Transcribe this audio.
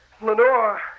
Lenore